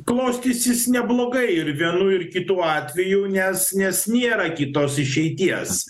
klostysis neblogai ir vienu ir kitu atveju nes nes nėra kitos išeities